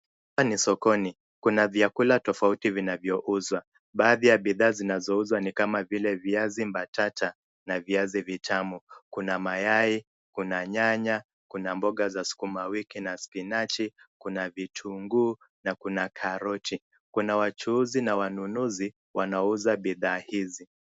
Hapa ni sokoni. Kuna vyakula tofauti vinavyouzwa. Baadhi ya bidhaa zinazouzwa ni kama vile viazi mbatata na viazi vitamu. Kuna mayai, kuna nyanya, kuna mboga za sukuma wiki na spinachi, kuna vitunguu na kuna karoti. Kuna wachuuzi na wanunuzi wanaouza bidhaa hizi.